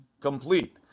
complete